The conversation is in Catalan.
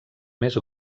més